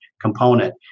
component